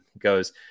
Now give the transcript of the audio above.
goes